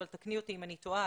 אבל תקני אותי אם אני טועה,